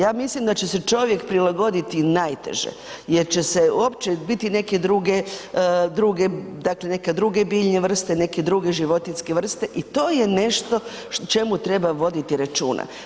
Ja mislim da će se čovjek prilagoditi najteže jer će se uopće biti neke druge dakle neke druge biljne vrste, neke druge životinjske vrste i to je nešto o čemu treba voditi računa.